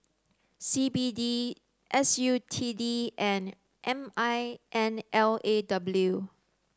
C B D S U T D and M I N L A W